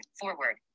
Forward